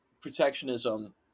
protectionism